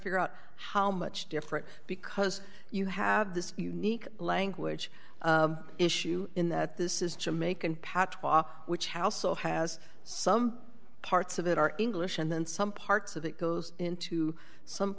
figure out how much different because you have this unique language issue in that this is jamaican patch which how so has some parts of it are english and then some parts of it goes into some